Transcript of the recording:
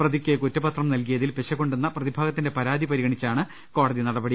പ്രതിക്ക് കുറ്റപത്രം നൽകിയതിൽ പിശകുണ്ടെന്ന പ്രതിഭാഗ ത്തിന്റെ പരാതി പരിഗണിച്ചാണ് കോടതി നടപടി